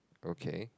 okay